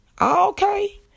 Okay